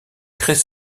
très